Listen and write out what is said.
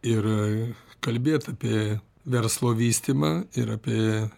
ir kalbėt apie verslo vystymą ir apie